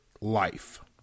life